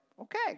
okay